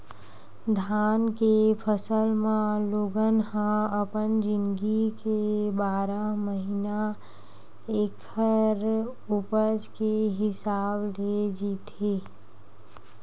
धान के फसल म लोगन ह अपन जिनगी के बारह महिना ऐखर उपज के हिसाब ले जीथे